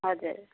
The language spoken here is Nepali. हजुर